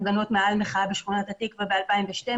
הפגנות מחאה בשכונת התקווה ב-2012,